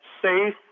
safe